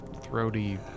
throaty